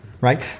right